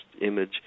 image